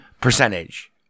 percentage